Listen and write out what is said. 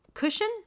Cushion